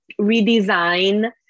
redesign